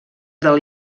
del